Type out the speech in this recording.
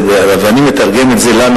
אם אני מתרגם את זה לנו,